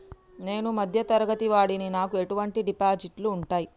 నేను మధ్య తరగతి వాడిని నాకు ఎటువంటి డిపాజిట్లు ఉంటయ్?